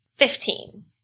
Fifteen